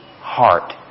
heart